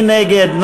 מי נגד?